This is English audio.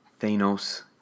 Thanos